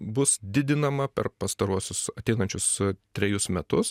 bus didinama per pastaruosius ateinančius trejus metus